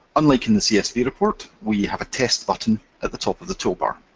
unlike in the csv report, we have a test button at the top of the toolbar.